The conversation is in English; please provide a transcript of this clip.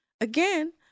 Again